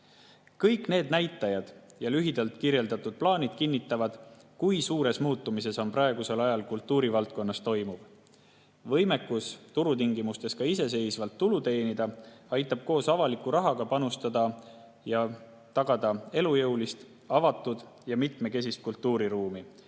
Kõik need näitajad ja lühidalt kirjeldatud plaanid kinnitavad, kui suures muutumises on praegusel ajal kultuurivaldkonnas toimuv. Võimekus turutingimustes ka iseseisvalt tulu teenida aitab koos avaliku rahaga panustada ja tagada elujõulist, avatud ja mitmekesist kultuuriruumi